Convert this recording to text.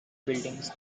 buildings